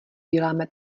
děláme